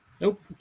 Nope